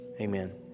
amen